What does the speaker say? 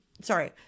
Sorry